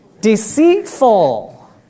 Deceitful